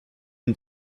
and